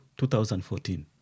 2014